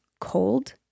cold